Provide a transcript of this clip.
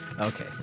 Okay